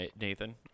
Nathan